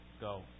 go